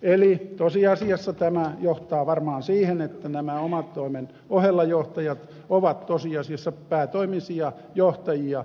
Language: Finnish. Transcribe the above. eli tosiasiassa tämä johtaa varmaan siihen että nämä oman toimen ohella johtajat ovat tosiasiassa päätoimisia johtajia